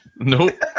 Nope